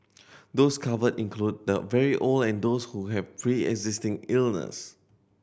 those covered include the very old and those who have preexisting illness